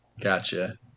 Gotcha